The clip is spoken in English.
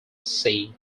sea